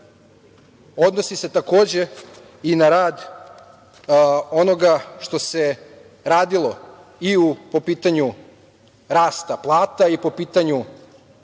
odnosi se takođe i na rad onoga što se radilo i po pitanju rasta plata i po pitanju